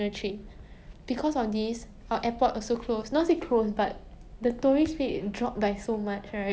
I can see all my like neighbours and like 我的父亲 like my parents 的朋友他们